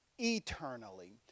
eternally